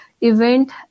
event